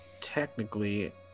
technically